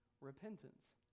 repentance